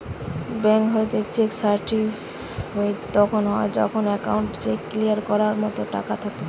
bank হইতে check certified তখন হয় যখন অ্যাকাউন্টে চেক ক্লিয়ার করার মতো টাকা থাকতিছে